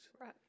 Right